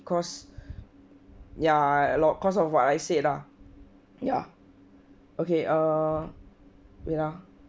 cause ya a lot cause of what I said lah ya okay err wait ah